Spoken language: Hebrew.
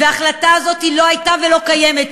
וההחלטה הזאת לא הייתה ולא קיימת.